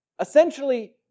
essentially